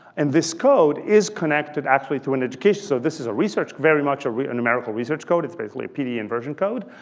and this code is connected actually to an education. so this is a research very much a numerical research code. it's basically a pd inversion code.